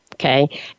Okay